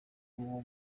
uwo